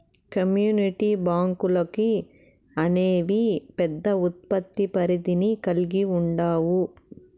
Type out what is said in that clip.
community బ్యాంకులు అనేవి పెద్ద ఉత్పత్తి పరిధిని కల్గి ఉండవు